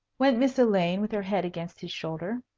went miss elaine, with her head against his shoulder.